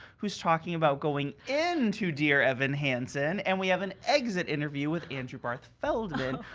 who's talking about going in to dear evan hansen and we have an exit interview with andrew barth feldman,